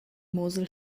mosel